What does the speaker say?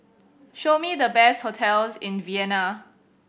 show me the best hotels in Vienna